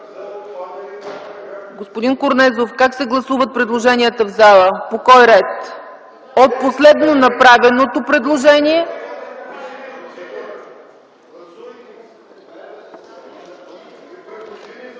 Господин Корнезов, как се гласуват предложенията в зала, по кой ред? От последно направеното предложение